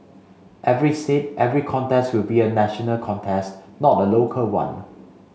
every seat every contest will be a national contest not a local one